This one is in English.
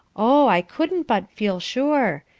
oh, i couldn't but feel sure.